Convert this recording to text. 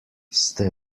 ste